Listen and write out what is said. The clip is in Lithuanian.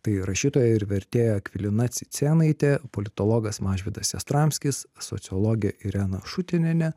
tai rašytoja ir vertėja akvilina cicėnaitė politologas mažvydas jastramskis sociologė irena šutinienė